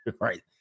Right